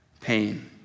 pain